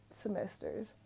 semesters